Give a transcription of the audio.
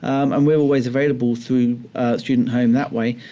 um and we're always available through student home that way.